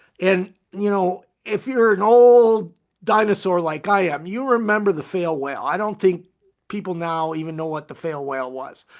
and, you know, if you're an old dinosaur like i am, you remember the fail whale? i don't think people now even know what the fail whale was.